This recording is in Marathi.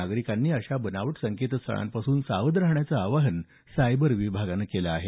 नागरिकांनी अशा बनावट संकेतस्थळांपासून सावध राहण्याचं आवाहन सायबर विभागानं केलं आहे